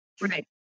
Right